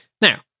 Now